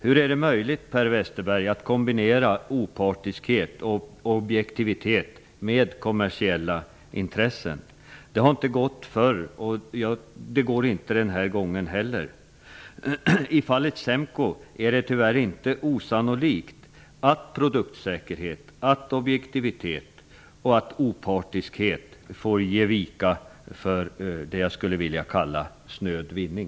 Hur är det möjligt, Per Westerberg, att kombinera opartiskhet och objektivitet med kommersiella intressen? Det har inte gått förr, och det går inte den här gången heller. I fallet SEMKO är det tyvärr inte osannolikt att produktsäkerhet, objektivitet och opartiskhet får ge vika för det jag skulle vilja kalla snöd vinning.